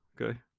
okay